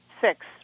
six